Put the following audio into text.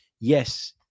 Yes